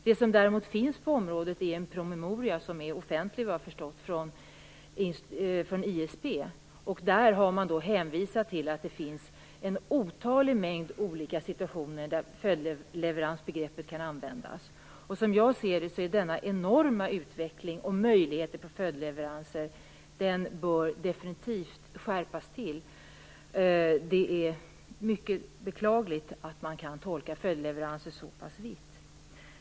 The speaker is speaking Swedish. Det som däremot finns på området är en promemoria, som vad jag har förstått är offentlig, från ISP. Där har man hänvisat till att det finns otaliga situationer där följdleveransbegreppet kan användas. Som jag ser det bör denna enorma utveckling och möjlighet till följdleveranser definitivt skärpas till. Det är mycket beklagligt att man kan tolka följdleveranser så pass vitt.